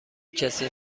کسی